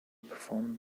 performed